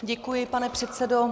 Děkuji, pane předsedo.